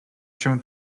się